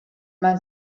man